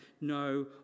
no